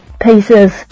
pieces